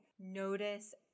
notice